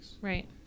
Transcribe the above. right